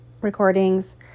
recordings